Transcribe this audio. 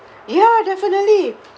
ya definitely